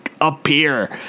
appear